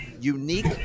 unique